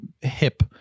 hip